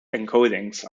encodings